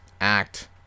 act